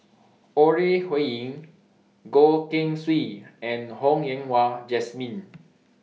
Ore Huiying Goh Keng Swee and Ho Yen Wah Jesmine